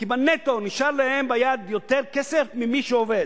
כי בנטו נשאר להם ביד יותר כסף מאשר למי שעובד.